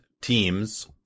teams